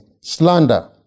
slander